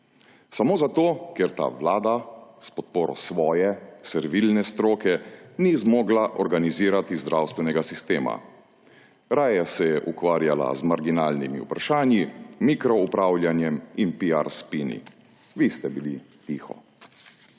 samo zato, ker ta vlada, s podporo svoje servilne stroke, ni zmogla organizirati zdravstvenega sistema, raje se je ukvarjala z marginalnimi vprašanji, mikroupravljanjem in piar spini. Vi ste bili tiho.